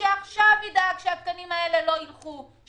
שעכשיו ידאג שהתקנים האלה לא ילכו,